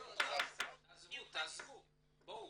--- בואו,